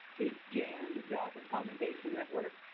is jan, the job accommodation network.